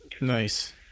Nice